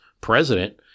president